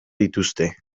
dituzte